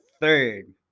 third